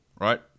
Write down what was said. right